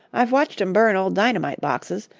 i've watched em burn old dynamite-boxes,